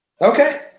Okay